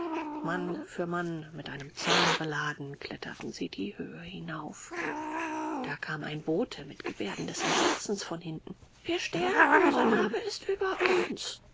mann für mann mit einem zahn beladen kletterten sie die höhe hinauf da kommt ein bote mit gebärden des entsetzens von hinten wir sterben sanhabe ist über uns